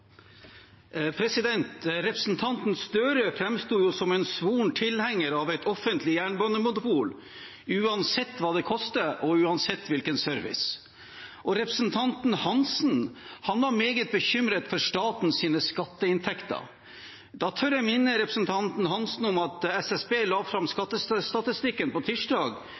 Representanten Gahr Støre framsto som en svoren tilhenger av et offentlig jernbanemonopol, uansett hva det koster og uansett hvilken service. Og representanten Svein Roald Hansen var meget bekymret for statens skatteinntekter. Da tør jeg minne representanten Hansen om at SSB la fram skattestatistikken på tirsdag,